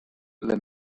limit